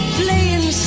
playing